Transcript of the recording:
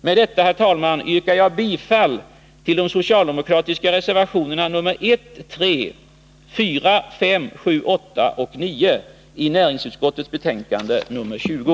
Med detta, herr talman, yrkar jag bifall till de socialdemokratiska reservationerna 1, 3, 4, 5, 7, 8 och 9 i näringsutskottets betänkande nr 20.